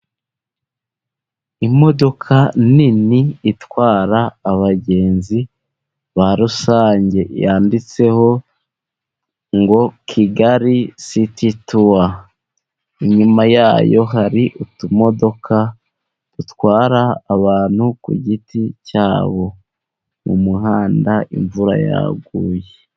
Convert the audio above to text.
Imodoka nini itwara abagenzi ba rusange , yanditseho ngo Kigali siti tawa. Inyuma yayo hari utumodoka dutwara abantu ku giti cyabo , mu muhanda imvura yaguye.